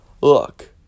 Look